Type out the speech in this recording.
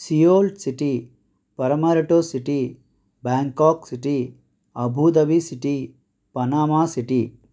Seoul city Paramaribo city Bangkok city Abu Dhabi city Panama city